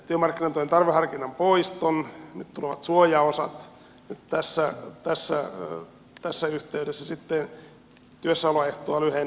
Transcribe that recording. työmarkkinatuen tarveharkinnan poiston nyt tulevat suojaosat nyt tässä yhteydessä sitten työssäoloehtoa lyhennetään ja niin edelleen